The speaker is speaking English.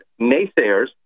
naysayers